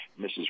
Mrs